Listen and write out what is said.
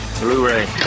Blu-ray